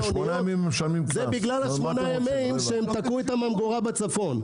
זה בגלל ה-8 ימים שתקעו את הממגורה בצפון.